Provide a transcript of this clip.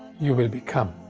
you will become.